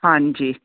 ਹਾਂਜੀ